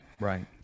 Right